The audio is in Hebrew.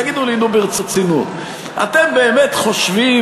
תגידו לי, נו, ברצינות, אתם באמת חושבים